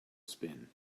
spin